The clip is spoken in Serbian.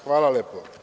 Hvala lepo.